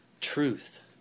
truth